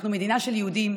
אנחנו מדינה של יהודים,